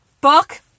book